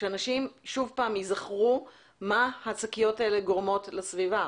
שאנשים שוב פעם ייזכרו מה השקיות האלה גורמות לסביבה,